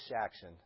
action